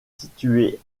située